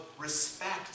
respect